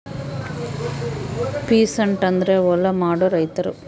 peasant ಅಂದ್ರ ಹೊಲ ಮಾಡೋ ರೈತರು